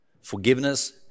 forgiveness